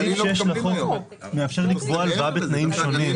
סעיף 6 לחוק מאפשר לקבוע הלוואה בתנאים שונים.